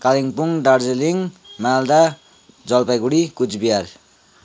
Kalimpong Darjeeling Malda Jalpaiguri Cooch Behar